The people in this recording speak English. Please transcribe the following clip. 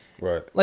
Right